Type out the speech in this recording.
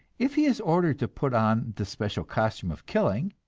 if he is ordered to put on the special costume of killing,